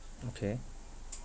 okay